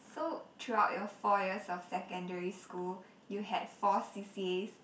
so throughout your four years of secondary school you had four c_c_as